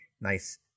nice